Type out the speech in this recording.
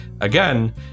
again